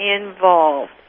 involved